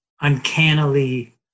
uncannily